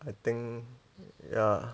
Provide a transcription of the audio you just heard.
I think ya